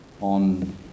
on